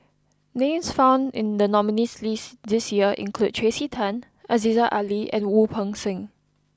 names found in the nominees' list this year include Tracey Tan Aziza Ali and Wu Peng Seng